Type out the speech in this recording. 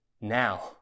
Now